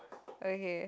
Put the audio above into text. okay